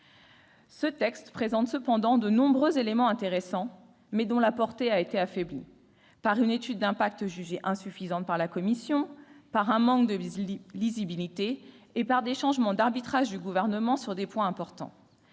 ce texte présente de nombreux éléments intéressants, mais dont la portée a été affaiblie par une étude d'impact jugée insuffisante par la commission spéciale, par un manque de lisibilité et par des changements d'arbitrage du Gouvernement sur des points importants.